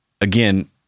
again